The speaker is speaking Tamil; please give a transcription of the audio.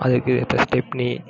அதுக்கு ஏற்ற ஸ்டெப்னி